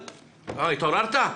התעוררת?